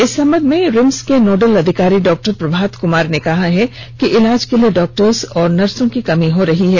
इस संबंध में रिम्स को नोडल अधिकारी डॉक्टर प्रभात कुमार ने कहा कि इलाज के लिए डॉक्टर और नर्सो की कमी हो रही है